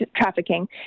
trafficking